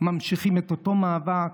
ממשיכים את אותו מאבק,